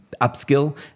upskill